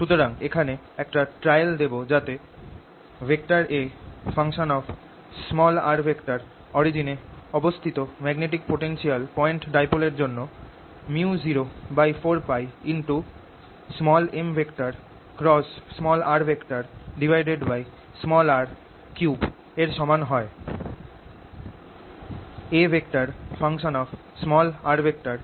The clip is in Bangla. সুতরাং এখানে একটা ট্রায়াল দেব যাতে A অরিজিন এ অবস্থিত ম্যাগনেটিক পোটেনশিয়াল পয়েন্ট ডাইপোল এর জন্য µ04πm × rr3 এর সমান হয়